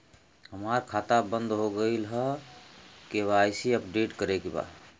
हमार खाता बंद हो गईल ह के.वाइ.सी अपडेट करे के बा?